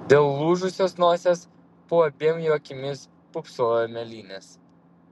dėl lūžusios nosies po abiem jo akimis pūpsojo mėlynės